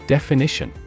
Definition